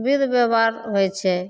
विध बेवहार होइ छै